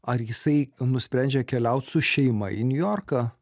ar jisai nusprendžia keliaut su šeima į niujorką